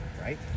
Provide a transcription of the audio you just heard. right